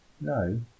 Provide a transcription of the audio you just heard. no